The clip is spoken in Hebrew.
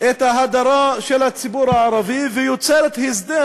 את ההדרה של הציבור הערבי ויוצרת הסדר